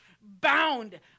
bound